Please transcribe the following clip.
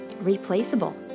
replaceable